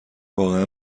واقعا